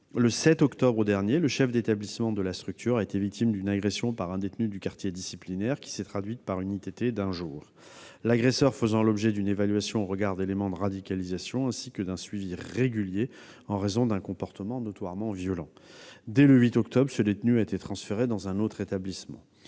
Le 7 octobre dernier, le chef d'établissement de la structure a été victime d'une agression par un détenu du quartier disciplinaire, qui s'est traduite par une interruption temporaire de travail d'un jour. L'agresseur faisait l'objet d'une évaluation au regard d'éléments de radicalisation ainsi que d'un suivi régulier en raison d'un comportement notoirement violent. Dès le 8 octobre, ce détenu a été transféré dans un autre établissement.